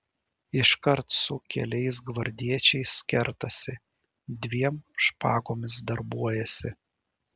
iškart su keliais gvardiečiais kertasi dviem špagomis darbuojasi